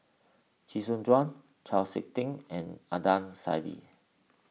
Chee Soon Juan Chau Sik Ting and Adnan Saidi